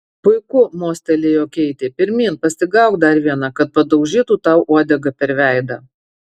puiku mostelėjo keitė pirmyn pasigauk dar vieną kad padaužytų tau uodega per veidą